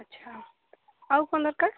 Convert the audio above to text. ଆଚ୍ଛା ଆଉ କ'ଣ ଦରକାର